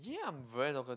yeah I'm very talkative